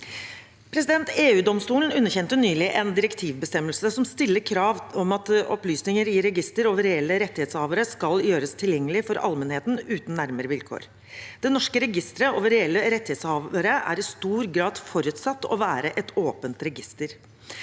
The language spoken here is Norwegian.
å oppnå. EU-domstolen underkjente nylig en direktivbestemmelsene som stiller krav om at opplysninger i register over reelle rettighetshavere skal gjøres tilgjengelig for allmennheten uten nærmere vilkår. Det norske registeret over reelle rettighetshavere er i stor grad forutsatt å være et åpent register.